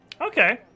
okay